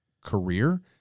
career